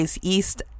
East